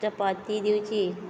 चपाती दिवची